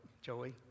Joey